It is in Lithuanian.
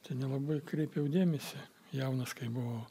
tai nelabai kreipiau dėmesį jaunas kai buvau